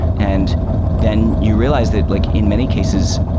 and then you realize that like, in many cases,